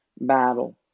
battle